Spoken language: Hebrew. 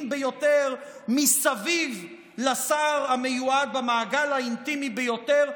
ביותר מסביב לשר המיועד במעגל האינטימי ביותר,